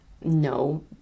no